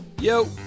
Yo